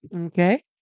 Okay